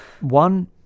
One